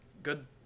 Good